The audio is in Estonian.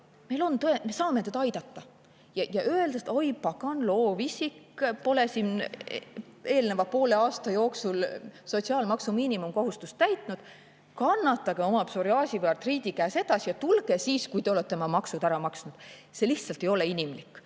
me saame teda aidata. Ja öelda, et oi pagan, loovisik, pole siin eelneva poole aasta jooksul sotsiaalmaksu miinimumkohustust täitnud, kannatage oma psoriaasi või artriidi käes edasi ja tulge siis, kui te olete oma maksud ära maksnud – see lihtsalt ei ole inimlik.